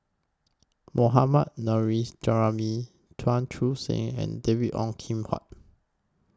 Mohammad Nurrasyid Juraimi Chuan Chu Seng and David Ong Kim Huat